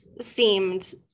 seemed